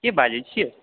के बाजै छिऐ